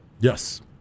Yes